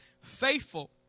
Faithful